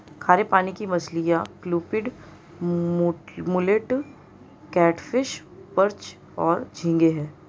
खारे पानी की मछलियाँ क्लूपीड, मुलेट, कैटफ़िश, पर्च और झींगे हैं